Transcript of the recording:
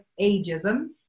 ageism